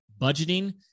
budgeting